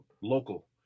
local